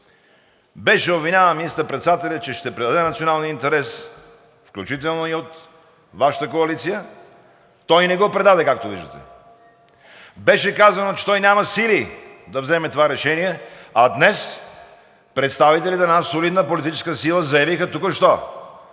Беше обвиняван министър-председателят, че ще предаде националния интерес, включително и от Вашата коалиция. Той не го предаде, както виждате. Беше казано, че той няма сили да вземе това решение, а днес представителите на една солидна политическа сила заявиха току-що,